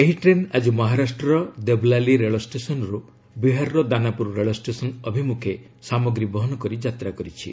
ଏହି ଟ୍ରେନ୍ ଆଜି ମହାରାଷ୍ଟ୍ରର ଦେବଲାଲି ରେଳ ଷ୍ଟେସନ୍ରୁ ବିହାରର ଦାନାପୁର ରେଳଷ୍ଟେଳନ୍ ଅଭିମୁଖେ ସାମଗ୍ରୀ ବହନ କରି ଯାତ୍ରା କରିଛି